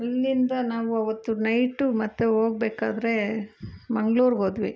ಅಲ್ಲಿಂದ ನಾವು ಅವತ್ತು ನೈಟು ಮತ್ತು ಹೋಗ್ಬೇಕಾದ್ರೆ ಮಂಗ್ಳೂರಿಗೆ ಹೋದ್ವಿ